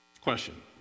question